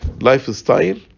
lifestyle